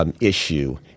issue